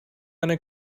eine